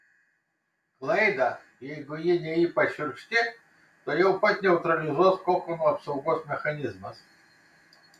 klaidą jeigu ji ne ypač šiurkšti tuojau pat neutralizuos kokono apsaugos mechanizmas